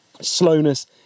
Slowness